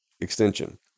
extension